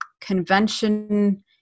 convention